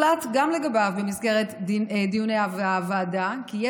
לגביו הוחלט במסגרת דיוני הוועדה כי הוא